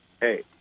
hey